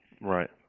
Right